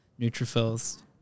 neutrophils